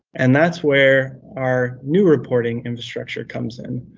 and that's where our new reporting infrastructure comes in.